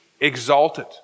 exalted